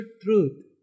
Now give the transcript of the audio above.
truth